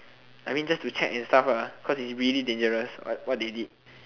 I mean just to check and stuff lah cause it's really dangerous what what they did